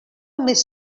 més